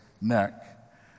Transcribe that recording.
neck